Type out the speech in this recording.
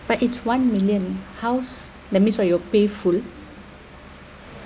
but it's one million house let me show you pay full